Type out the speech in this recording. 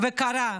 וקרה.